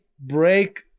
break